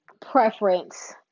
preference